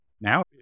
now